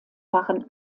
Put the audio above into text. waren